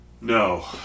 No